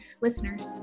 listeners